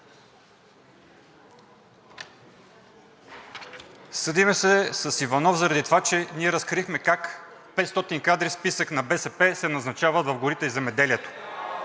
Съдим се с Иванов заради това, че ние разкрихме как 500 кадри, списък на БСП, се назначават в Горите и Земеделието.